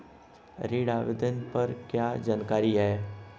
ऋण आवेदन पर क्या जानकारी है?